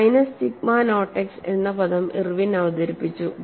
minus sigma naught x എന്ന പദം Irwin അവതരിപ്പിച്ചു